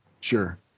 Sure